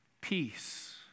peace